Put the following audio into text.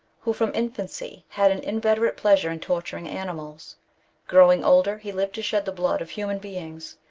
who, from infancy, had an inveterate pleasure in torturing animals growing older, he lived to shed the blood of human beings,